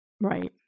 Right